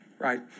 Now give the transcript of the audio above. Right